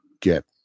get